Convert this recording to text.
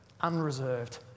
unreserved